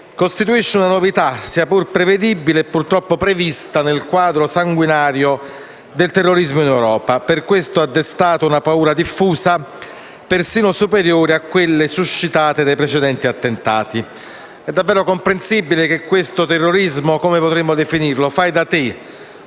costituisce una novità, sia pur prevedibile e purtroppo prevista nel quadro sanguinario del terrorismo in Europa. Per questo motivo tale attentato ha destato una paura diffusa, persino superiore a quella suscitata dai precedenti attentati. È davvero comprensibile che questo terrorismo, che potremmo definire fai da te